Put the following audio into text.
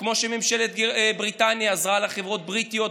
וכמו שממשלת בריטניה עזרה לחברות בריטיות,